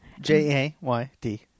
J-A-Y-D